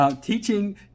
Teaching